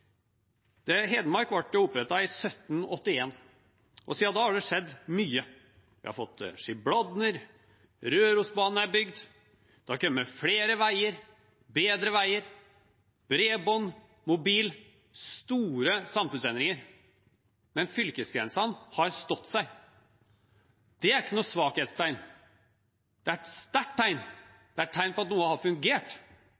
Hedmark ble opprettet i 1781, og siden da har det skjedd mye. Vi har fått Skibladner, Rørosbanen er bygd, det har kommet flere veier, bedre veier, bredbånd, mobil, store samfunnsendringer. Men fylkesgrensene har stått seg. Det er ikke noe svakhetstegn. Det er et sterkt